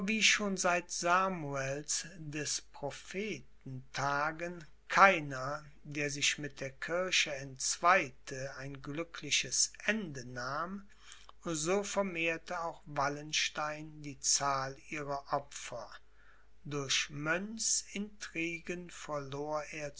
schon seit samuels des propheten tagen keiner der sich mit der kirche entzweite ein glückliches ende nahm so vermehrte auch wallenstein die zahl ihrer opfer durch mönchsintriguen verlor